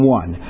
one